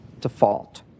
default